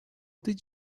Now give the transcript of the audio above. did